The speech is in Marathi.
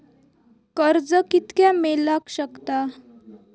कर्ज कितक्या मेलाक शकता?